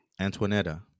Antoinetta